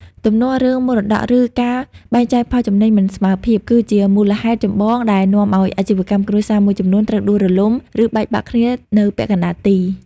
ទំនាស់រឿងមរតក ឬការបែងចែកផលចំណេញមិនស្មើភាព គឺជាមូលហេតុចម្បងដែលនាំឱ្យអាជីវកម្មគ្រួសារមួយចំនួនត្រូវដួលរលំ ឬបែកបាក់គ្នានៅពាក់កណ្ដាលទី។